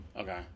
Okay